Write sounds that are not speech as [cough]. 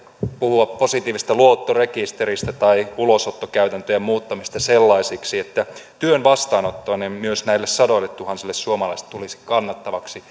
puhua positiivisesta luottorekisteristä tai ulosottokäytäntöjen muuttamisesta sellaisiksi että työn vastaanottaminen myös näille sadoilletuhansille suomalaisille tulisi kannattavaksi [unintelligible]